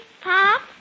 Pop